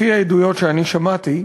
לפי העדויות שאני שמעתי,